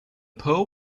pearl